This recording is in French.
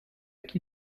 qui